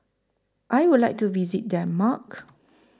I Would like to visit Denmark